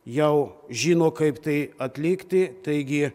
jau žino kaip tai atlikti taigi